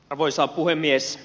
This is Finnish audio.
arvoisa puhemies